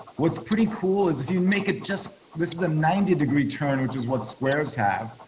what's pretty cool is if you make it just this is a ninety degree turn, which is what squares have.